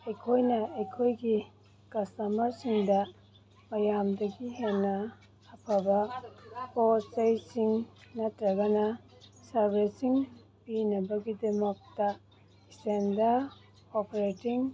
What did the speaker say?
ꯑꯩꯈꯣꯏꯅ ꯑꯩꯈꯣꯏꯒꯤ ꯀꯁꯇꯃꯔꯁꯤꯡꯗ ꯃꯌꯥꯝꯗꯒꯤ ꯍꯦꯟꯅ ꯑꯐꯕ ꯄꯣꯠ ꯆꯩꯁꯤꯡ ꯅꯠꯇ꯭ꯔꯒꯅ ꯁꯥꯔꯕꯤꯁꯤꯡ ꯄꯤꯅꯕꯒꯤꯗꯃꯛꯇ ꯁ꯭ꯇꯦꯟꯖꯥ ꯑꯣꯄꯔꯦꯇꯤꯡ